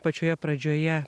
pačioje pradžioje